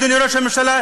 אדוני ראש הממשלה,